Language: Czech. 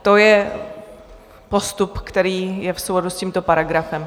To je postup, který je v souladu s tímto paragrafem.